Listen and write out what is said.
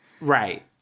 Right